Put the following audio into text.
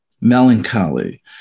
melancholy